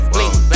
Bling